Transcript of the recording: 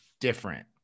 different